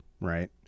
right